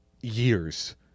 years